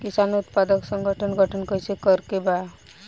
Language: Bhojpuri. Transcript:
किसान उत्पादक संगठन गठन कैसे करके बा?